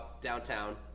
downtown